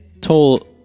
told